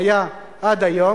שהיה עד היום,